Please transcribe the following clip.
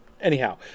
anyhow